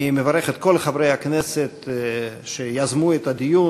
אני מברך את כל חברי הכנסת שיזמו את הדיון.